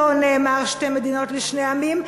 לא נאמר "שתי מדינות לשני עמים",